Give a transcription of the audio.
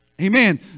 amen